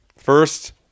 First